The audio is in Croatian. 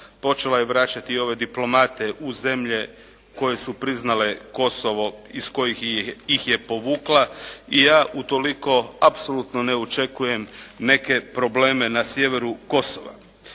Počela je vraćati ove diplomate u zemlje koje su priznale Kosovo iz kojih ih je povukla i ja utoliko apsolutno ne očekujem neke probleme na sjeveru Kosova.